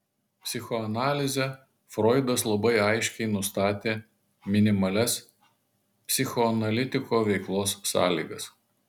psichoanalize froidas labai aiškiai nustatė minimalias psichoanalitiko veiklos sąlygas